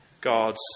God's